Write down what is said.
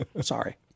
Sorry